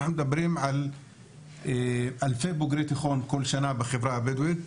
אנחנו מדברים על אלפי בוגרי תיכון כל שנה בחברה הבדואית,